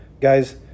Guys